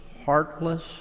heartless